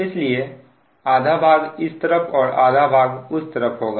इसलिए आधा भाग इस तरफ और आधा भाग उस तरफ होगा